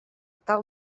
tal